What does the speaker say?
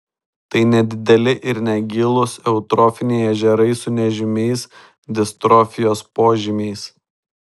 tai nedideli ir negilūs eutrofiniai ežerai su nežymiais distrofijos požymiais